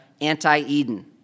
anti-Eden